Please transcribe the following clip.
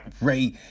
Ray